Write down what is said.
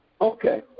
Okay